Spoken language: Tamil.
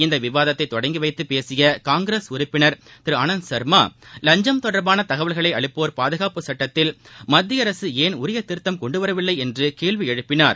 இந்த விவாத்தை தொடங்கிவைத்து பேசிய காங்கிரஸ் உறுப்பினர் திரு ஆனந்த சர்மா லஞ்சம் தொடர்பாள தகவல்களை அளிப்போர் பாதுகாப்பு சட்டத்தில் மத்திய அரசு ஏன் உரிய திருத்தம் கொண்டுவரவில்லை என்று கேள்வி எழுப்பினார்